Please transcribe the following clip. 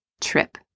trip